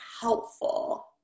helpful